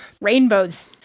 Rainbows